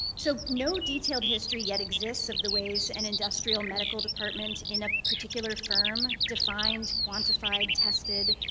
so no detailed history yet exists of the ways an industrial medical department in a particular firm defined, quantified, tested,